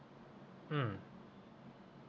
mm